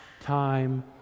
time